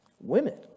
Women